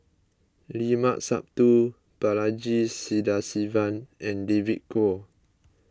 Limat Sabtu Balaji Sadasivan and David Kwo